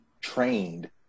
trained